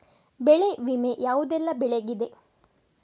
ಬೆಳೆ ವಿಮೆ ಯಾವುದೆಲ್ಲ ಬೆಳೆಗಿದೆ?